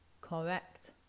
correct